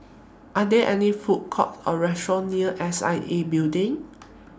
Are There any Food Court Or Restaurant near S I A Building